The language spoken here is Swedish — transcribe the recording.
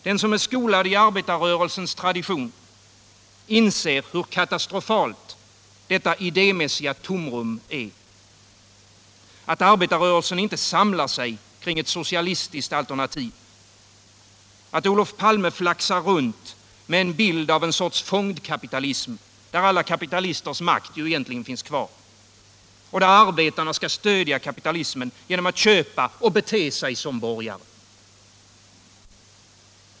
Den som är skolad i arbetarrörelsens tradition inser, hur katastrofalt detta idémässiga tomrum är. Att arbetarrörelsen inte samlar sig kring ett socialistiskt alternativ. Att Olof Palme flaxar runt med en bild av en sorts fondkapitalism, där alla kapitalisters makt ju egentligen finns kvar och där arbetarna skall stödja kapitalismen genom att köpa och bete sig som borgare.